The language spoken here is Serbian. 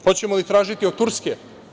Hoćemo li tražiti od Turske?